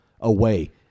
away